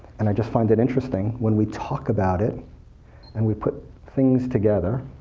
and i just find it interesting when we talk about it and we put things together.